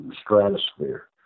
stratosphere